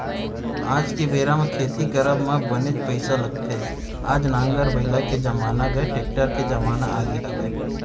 आज के बेरा म खेती करब म बनेच पइसा लगथे आज नांगर बइला के जमाना गय टेक्टर के जमाना आगे हवय